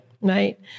right